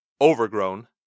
overgrown